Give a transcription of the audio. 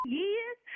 years